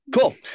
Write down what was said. Cool